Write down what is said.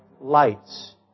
lights